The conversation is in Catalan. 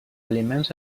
aliments